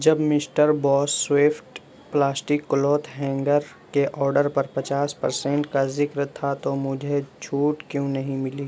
جب Mr boss swift plastic cloth hanger کے order پر پچاس پرسنٹ کا ذکر تھا تو مجھے چھوٹ کیوں نہیں ملی